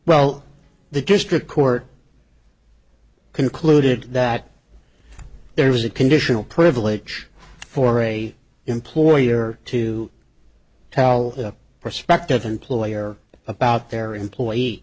well the district court concluded that there was a conditional privilege for a employer to tell a prospective employer about their employee